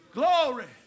Glory